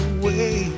away